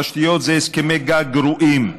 התשתיות, זה הסכמי גג גרועים,